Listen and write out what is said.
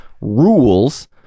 rules